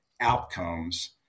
outcomes